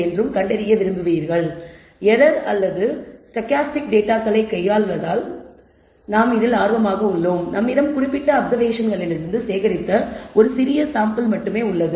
error அல்லது stochastic டேட்டாகளை கையாள்வதால் நாம் ஆர்வமாக உள்ளோம் நம்மிடம் குறிப்பிட்ட அப்ளிகேஷன்லிருந்து சேகரித்த ஒரு சிறிய மாதிரி மட்டுமே உள்ளது